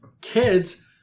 kids